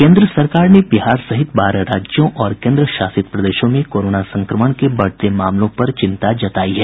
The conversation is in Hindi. केन्द्र सरकार ने बिहार सहित बारह राज्यों और केंद्रशासित प्रदेशों में कोरोना संक्रमण के बढते मामलों पर चिंता व्यक्त की है